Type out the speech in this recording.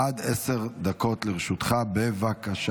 נעבור לנושא הבא על